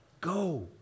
Go